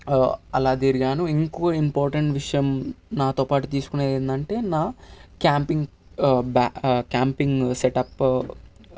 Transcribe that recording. అలా తిర్గాను ఇంకో ఇంపార్టెంట్ విషయం నాతోపాటు తీసుకునేది ఏంటంటే నా క్యాంపింగ్ క్యాంపింగ్ సెటప్